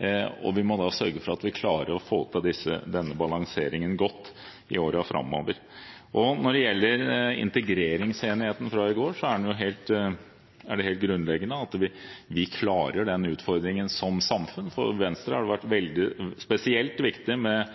normalen. Vi må da sørge for at vi klarer å få til denne balanseringen godt i årene framover. Når det gjelder integreringsenigheten fra i går, er det helt grunnleggende at vi klarer den utfordringen som samfunn. For Venstre har det vært spesielt viktig med